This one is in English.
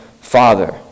Father